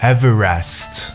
Everest